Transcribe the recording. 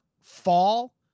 fall